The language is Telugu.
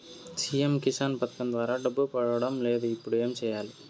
సి.ఎమ్ కిసాన్ పథకం ద్వారా డబ్బు పడడం లేదు ఇప్పుడు ఏమి సేయాలి